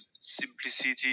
simplicity